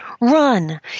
Run